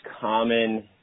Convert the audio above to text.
common